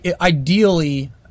ideally